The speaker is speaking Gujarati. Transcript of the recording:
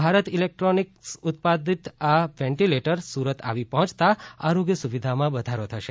ભારત ઇલેક્ટ્રોનિક્સ ઉત્પાદિત આ વેન્ટિલેટર સુરત આવી પહોંચતા આરોગ્ય સુવિધામાં વધારો થશે